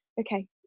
okay